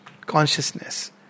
consciousness